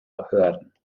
behörden